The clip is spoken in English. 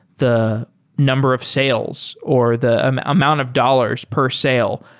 the number of sales or the amount of dollars per sale.